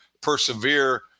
persevere